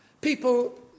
people